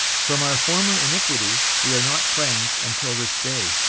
from our former iniquity we are not cleansed until this day,